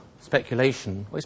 speculation